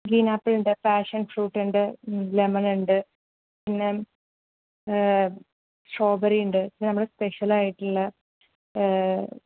green apple ഉണ്ട് passion fruit ഉണ്ട് lemon ഉണ്ട് പിന്നെ സ്ട്രോബെറി ഉണ്ട് പിന്നെ നമ്മളെ സ്പെഷ്യൽ ആയിട്ടുള്ള